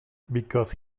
because